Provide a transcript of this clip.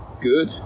good